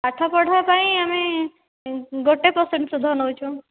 ପାଠ ପଢ଼ା ପାଇଁ ଆମେ ଗୋଟେ ପର୍ସେଣ୍ଟ୍ ସୁଧ ନେଉଛୁ